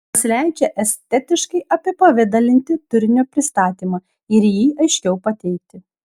jos leidžia estetiškai apipavidalinti turinio pristatymą ir jį aiškiau pateikti